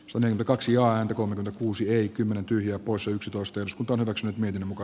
samoin kaksi ääntä kun kuusi ei kymmenen tyhjää poissa yksitoista jos odotukset miten muka